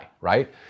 right